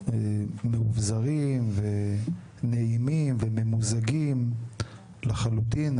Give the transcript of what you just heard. מאובזרים ונעימים וממוזגים לחלוטין.